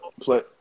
play